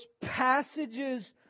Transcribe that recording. passage's